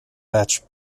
batch